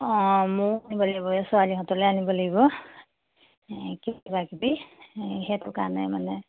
অঁ মইও আনিব লাগিব এই ছোৱালীহঁতলে আনিব লাগিব কি কিবা কিবি সেইটো কাৰণে মানে